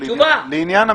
לעניין המכסים.